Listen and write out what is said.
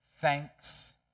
Thanks